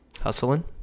Hustling